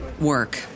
work